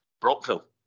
Brockville